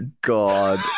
God